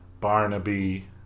Barnaby